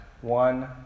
one